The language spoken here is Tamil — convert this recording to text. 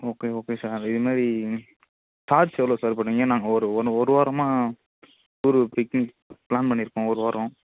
ஓகே ஓகே சார் இதுமாரி சார்ஜ் எவ்வளோ சார் பண்ணுவீங்க நாங்கள் ஒரு ஒன்று ஒரு வாரமாக டூரு பிக்னிக் பிளான் பண்ணி இருக்கோம் ஒரு வாரம்